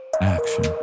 action